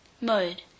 Mode